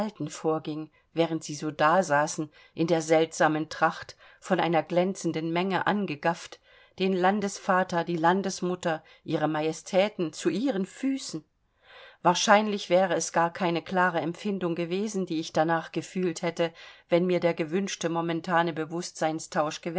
vorging während sie so dasaßen in der seltsamen tracht von einer glänzenden menge angegafft den landesvater die landesmutter ihre majestäten zu ihren füßen wahrscheinlich wäre es gar keine klare empfindung gewesen die ich da nachgefühlt hätte wenn mir der gewünschte momentane